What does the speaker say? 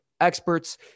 experts